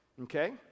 Okay